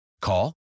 Call